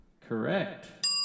Correct